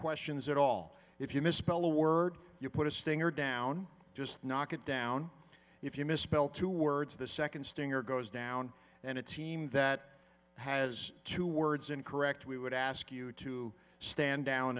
questions at all if you misspell a word you put a stinger down just knock it down if you misspell two words the second stringer goes down and a team that has two words in correct we would ask you to stand down